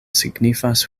signifas